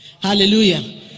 Hallelujah